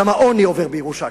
גם העוני עובר כאן בירושה.